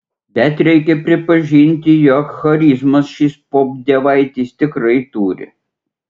bet reikia pripažinti jog charizmos šis popdievaitis tikrai turi